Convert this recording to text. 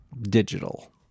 Digital